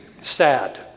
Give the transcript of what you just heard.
sad